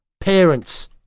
parents